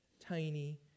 tiny